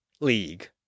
League